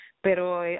pero